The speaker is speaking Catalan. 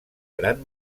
gran